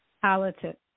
politics